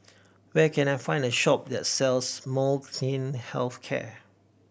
where can I find a shop that sells Molnylcke Health Care